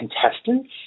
contestants